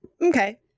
Okay